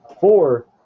four